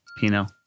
Pinot